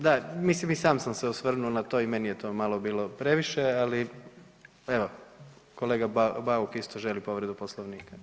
Da, mislim i sam sam se osvrnuo na to i meni je to malo bilo previše, ali evo kolega Bauk isto želi povredu Poslovnika.